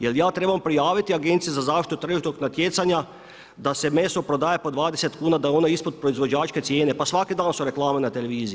Jel ja trebam prijaviti Agenciji za zaštitu tržišnog natjecanja da se meso prodaje po 20 kuna, da je ono ispod proizvođačke cijene, pa svaki dan su reklame na televiziji.